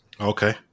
Okay